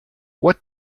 what